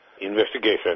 investigation